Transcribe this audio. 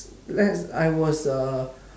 let's I was a